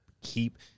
keep